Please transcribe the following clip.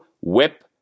WHIP